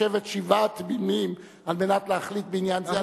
לשבת שבעה תמימים על מנת להחליט בעניין זה.